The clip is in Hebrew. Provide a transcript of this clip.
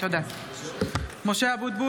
(קוראת בשמות חברי הכנסת) משה אבוטבול,